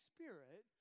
Spirit